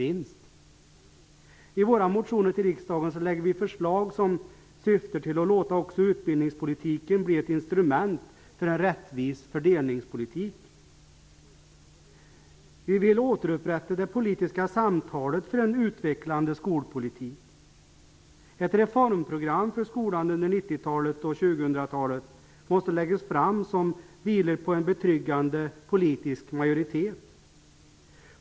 I våra motioner till riksdagen lägger vi fram förslag som syftar till att också låta utbildningspolitiken bli ett instrument för en rättvis fördelningspolitik. Vi vill återupprätta det politiska samtalet för en utvecklande skolpolitik. Ett reformprogram för skolan under 1990-talet och 2000-talet som vilar på en betryggande politisk majoritet måste läggas fram.